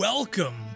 Welcome